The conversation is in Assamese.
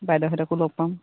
বাইদেউহেঁতকো লগ পাম